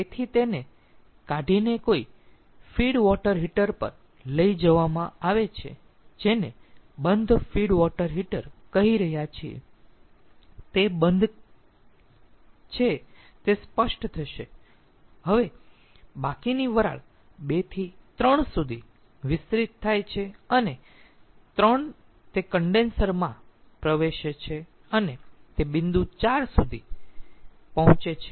તેથી તેને કાઢીને કોઈ ફીડ વોટર હીટર પર લઈ જવામાં આવે છે જેને આપણે બંધ ફીડ વોટર હીટર કહી રહ્યા છીએ તે કેમ બંધ છે તે સ્પષ્ટ થશે હવે બાકીની વરાળ 2 થી 3 સુધી વિસ્તરિત થાય છે અને 3 તે કન્ડેન્સર માં પ્રવેશ કરે છે અને તે બિંદુ 4 સુધી પહોંચે છે